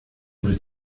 wurde